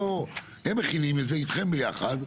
הם מכינים את זה איתכם ביחד.